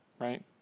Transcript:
right